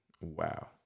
Wow